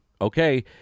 Okay